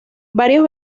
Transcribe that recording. varios